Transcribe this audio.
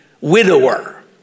widower